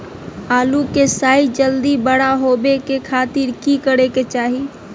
आलू के साइज जल्दी बड़ा होबे के खातिर की करे के चाही?